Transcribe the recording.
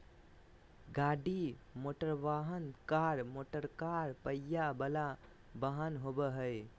गाड़ी मोटरवाहन, car motor car पहिया वला वाहन होबो हइ